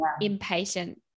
impatient